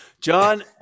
John